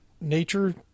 nature